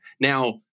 Now